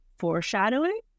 foreshadowing